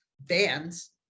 bands